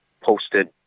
posted